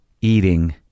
eating